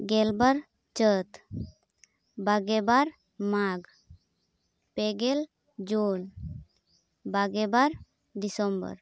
ᱜᱮᱞᱵᱟᱨ ᱪᱟᱹᱛ ᱵᱟᱜᱮ ᱵᱟᱨ ᱢᱟᱜᱽ ᱯᱮᱜᱮᱞ ᱡᱩᱱ ᱵᱟᱜᱮ ᱵᱟᱨ ᱫᱤᱥᱚᱢᱵᱚᱨ